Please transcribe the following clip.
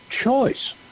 choice